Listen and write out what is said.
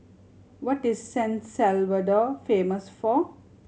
what is San Salvador famous for